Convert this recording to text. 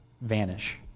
vanish